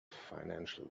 financial